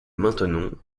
maintenon